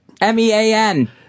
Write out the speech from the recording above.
M-E-A-N